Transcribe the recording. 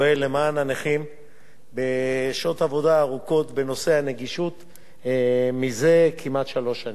פועל למען הנכים בנושא הנגישות בשעות עבודה ארוכות זה כמעט שלוש שנים.